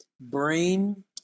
brain